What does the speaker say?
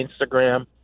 Instagram